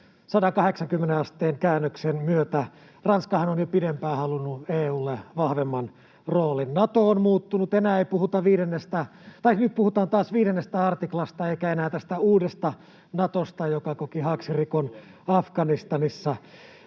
180 asteen käännöksen myötä. Ranskahan on jo pidempään halunnut EU:lle vahvemman roolin. Nato on muuttunut. Nyt puhutaan taas 5 artiklasta eikä enää tästä uudesta Natosta, joka koki haaksirikon Afganistanissa.